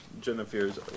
Jennifer's